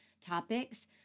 topics